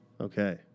Okay